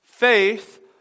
Faith